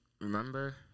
Remember